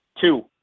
Two